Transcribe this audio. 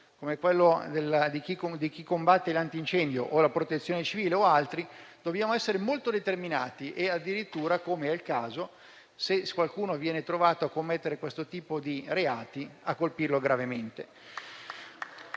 come quello di chi combatte gli incendi o la Protezione civile o altri, dobbiamo essere molto determinati e addirittura - come è il caso - se qualcuno viene trovato a commettere questo tipo di reati, colpirlo gravemente